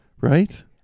Right